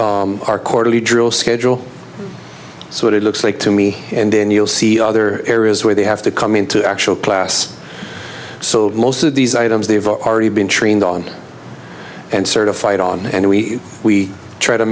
be our quarterly drill schedule so it looks like to me and then you'll see other areas where they have to come into actual class so most of these items they have already been trained on and certified on and we we try to